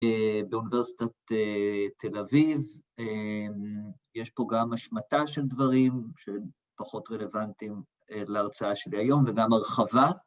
‫באוניברסיטת תל אביב. ‫יש פה גם השמטה של דברים ‫שפחות רלוונטיים להרצאה שלי היום, ‫וגם הרחבה.